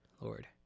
Lord